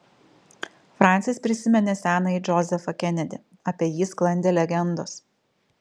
fransis prisiminė senąjį džozefą kenedį apie jį sklandė legendos